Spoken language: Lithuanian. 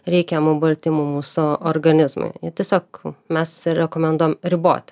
reikiamų baltymų mūsų organizmui tiesiog mes rekomenduojam riboti